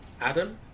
Adam